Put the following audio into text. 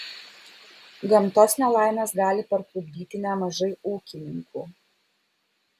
gamtos nelaimės gali parklupdyti nemažai ūkininkų